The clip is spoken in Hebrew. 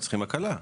צריכים הקלה.